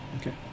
Okay